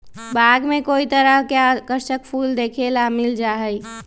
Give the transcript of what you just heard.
बाग में कई तरह के आकर्षक फूल देखे ला मिल जा हई